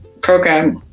program